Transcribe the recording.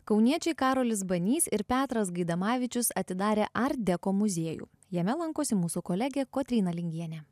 kauniečiai karolis banys ir petras gaidamavičius atidarė art deko muziejų jame lankosi mūsų kolegė kotryna lingienė